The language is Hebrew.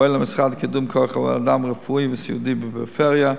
פועל המשרד לקידום כוח-אדם רפואי וסיעודי בפריפריה.